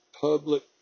public